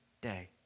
day